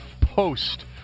post